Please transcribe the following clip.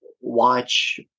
watch